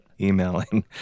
emailing